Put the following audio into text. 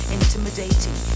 intimidating